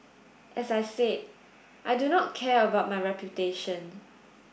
as I said I do not care about my reputation